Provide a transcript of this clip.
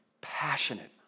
passionate